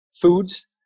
foods